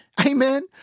Amen